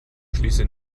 schließe